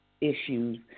issues